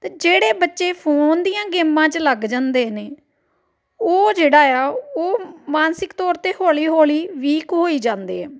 ਅਤੇ ਜਿਹੜੇ ਬੱਚੇ ਫੋਨ ਦੀਆਂ ਗੇਮਾਂ 'ਚ ਲੱਗ ਜਾਂਦੇ ਨੇ ਉਹ ਜਿਹੜਾ ਆ ਉਹ ਮਾਨਸਿਕ ਤੌਰ ਅਤੇ ਹੌਲੀ ਹੌਲੀ ਵੀਕ ਹੋਈ ਜਾਂਦੇ ਆ